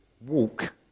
walk